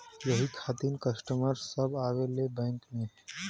यही खातिन कस्टमर सब आवा ले बैंक मे?